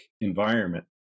environment